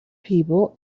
people